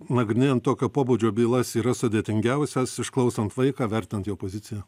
nagrinėjant tokio pobūdžio bylas yra sudėtingiausios išklausant vaiką vertinant jo poziciją